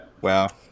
wow